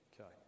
Okay